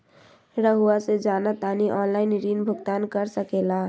रहुआ से जाना तानी ऑनलाइन ऋण भुगतान कर सके ला?